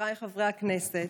חבריי חברי הכנסת,